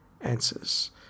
answers